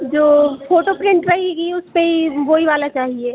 जो photo print रहेगी उसपर वही वाला चाहिए